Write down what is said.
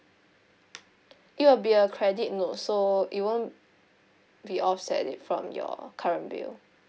it will be a credit note so it won't be offset it from your current bill